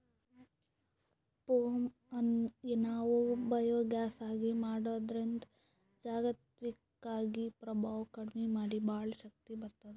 ಪೋಮ್ ಅನ್ನ್ ನಾವ್ ಬಯೋಗ್ಯಾಸ್ ಆಗಿ ಮಾಡದ್ರಿನ್ದ್ ಜಾಗತಿಕ್ವಾಗಿ ಪ್ರಭಾವ್ ಕಡಿಮಿ ಮಾಡಿ ಭಾಳ್ ಶಕ್ತಿ ಬರ್ತ್ತದ